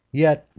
yet,